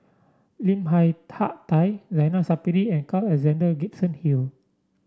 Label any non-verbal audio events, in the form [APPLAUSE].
Lim Hak [UNINTELLIGIBLE] Tai Zainal Sapari and Carl Alexander Gibson Hill